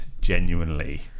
genuinely